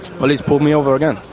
police pulled me over again.